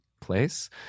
place